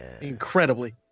Incredibly